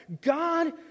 God